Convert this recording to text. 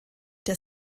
der